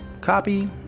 copy